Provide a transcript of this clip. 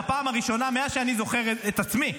בפעם הראשונה מאז שאני זוכר את עצמי,